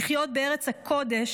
לחיות בארץ הקודש,